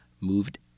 moved